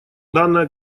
данная